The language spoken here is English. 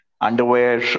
underwear